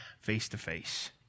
face-to-face